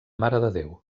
marededéu